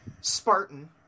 Spartan